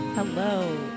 Hello